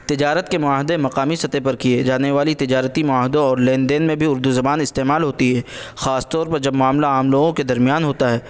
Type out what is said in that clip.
تجارت کے معاہدے مقامی سطح پر کیے جانے والی تجارتی معاہدوں اور لین دین میں بھی اردو زبان استعمال ہوتی ہے خاص طور پر جب معاملہ عام لوگوں کے درمیان ہوتا ہے